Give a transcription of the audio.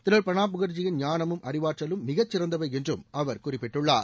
திரு பிரணாப் முகர்ஜியின் ஞானமும் அறிவாற்றலும் மிகச்சிறந்தவை என்றும் அவர் குறிப்பிட்டுள்ளார்